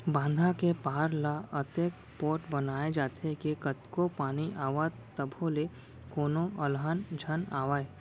बांधा के पार ल अतेक पोठ बनाए जाथे के कतको पानी आवय तभो ले कोनो अलहन झन आवय